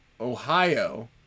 Ohio